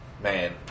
man